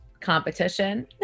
competition